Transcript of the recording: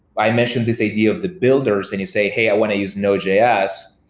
i mentioned this idea of the builders and you say, hey, i want to use node js.